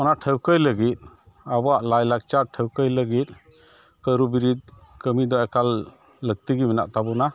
ᱚᱱᱟ ᱴᱷᱟᱹᱣᱠᱟᱹᱭ ᱞᱟᱹᱜᱤᱫ ᱟᱵᱚᱣᱟᱜ ᱞᱟᱭᱞᱟᱠᱪᱟᱨ ᱴᱷᱟᱹᱣᱠᱟᱹᱭ ᱞᱟᱹᱜᱤᱫ ᱠᱟᱹᱨᱩᱵᱤᱨᱤᱫᱽ ᱠᱟᱹᱢᱤᱫᱚ ᱮᱠᱟᱞ ᱞᱟᱹᱠᱛᱤᱜᱮ ᱢᱮᱱᱟᱜ ᱛᱟᱵᱚᱱᱟ